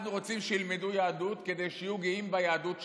אנחנו רוצים שילמדו יהדות כדי שיהיו גאים ביהדות שלהם.